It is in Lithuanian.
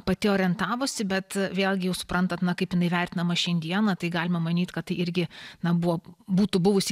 pati orientavosi bet vėlgi jūs suprantat na kaip jinai vertinama šiandieną tai galima manyt kad tai irgi na buvo būtų buvusi